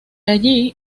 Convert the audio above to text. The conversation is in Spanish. allí